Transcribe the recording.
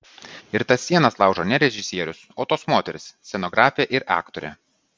ir tas sienas laužo ne režisierius o tos moterys scenografė ir aktorė